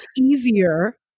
easier